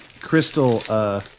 crystal